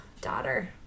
Daughter